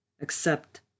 Accept